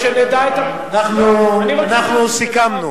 אנחנו סיכמנו,